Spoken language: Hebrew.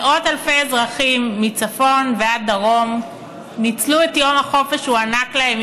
מאות אלפי אזרחים מצפון ועד דרום ניצלו את יום החופש שהוענק להם,